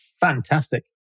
Fantastic